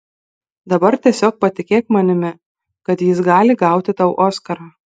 dabar tiesiog patikėk manimi kad jis gali gauti tau oskarą